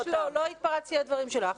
לא, ממש לא התפרצתי לדברים שלך.